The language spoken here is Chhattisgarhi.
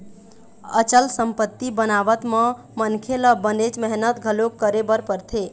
अचल संपत्ति बनावत म मनखे ल बनेच मेहनत घलोक करे बर परथे